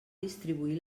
distribuir